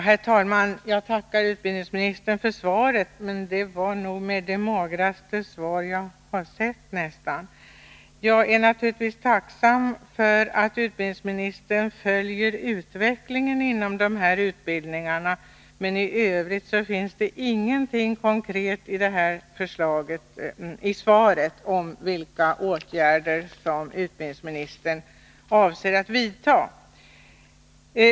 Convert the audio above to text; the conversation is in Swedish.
Herr talman! Jag tackar utbildningsministern för svaret, men det var nog det magraste svar jag har sett. Jag är naturligtvis tacksam för att utbildningsministern följer utvecklingen inom de här utbildningarna, men i Övrigt finns det i svaret ingenting konkret om vilka åtgärder utbildningsministern avser att vidta.